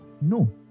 no